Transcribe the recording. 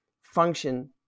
function